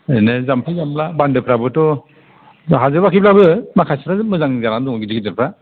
ओरैनो जाम्फै जामला बान्दोफ्राबोथ' हाजोबाखैब्लाबो माखासेफ्रा मोजां जानानै दं गिदिर गिदिरफ्रा